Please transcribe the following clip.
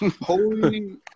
Holy